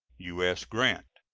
u s. grant.